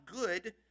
good